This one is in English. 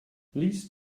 least